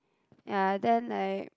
ya then like